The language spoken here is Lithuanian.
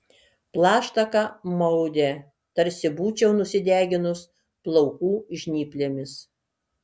plaštaką maudė tarsi būčiau nusideginus plaukų žnyplėmis